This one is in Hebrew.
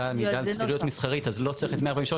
המעידה על סטריליות מסחרית אז לא צריך את 143,